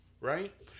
Right